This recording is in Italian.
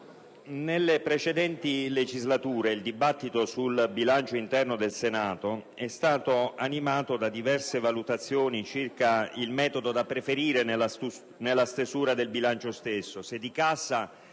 nelle precedenti legislature il dibattito sul bilancio interno del Senato è stato animato da diverse valutazioni circa il metodo da preferire nella stesura del bilancio stesso: